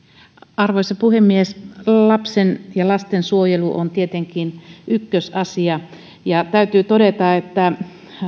arvoisa puhemies lasten suojelu on tietenkin ykkösasia ja täytyy todeta että